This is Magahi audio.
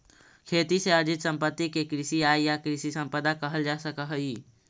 खेती से अर्जित सम्पत्ति के कृषि आय या कृषि सम्पदा कहल जा सकऽ हई